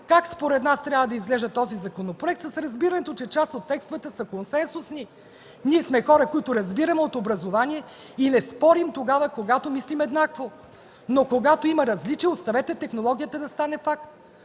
как, според нас, трябва да изглежда този законопроект с разбирането, че част от текстовете са консенсусни. Ние сме хора, които разбираме от образование и не спорим тогава, когато мислим еднакво. Но когато има различие, оставете технологията да стане факт.